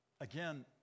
again